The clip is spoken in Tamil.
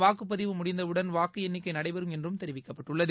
வாக்குப்பதிவு முடிந்தவுடன் வாக்கு எண்ணிக்கை நடைபெறும் என்றும் தெரிவிக்கப்பட்டுள்ளது